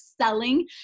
selling